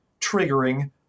triggering